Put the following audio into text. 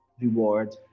Reward